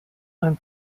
ein